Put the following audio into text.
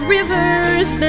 River's